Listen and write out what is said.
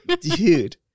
Dude